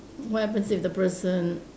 what happens if the person